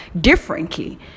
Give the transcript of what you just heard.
differently